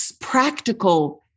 practical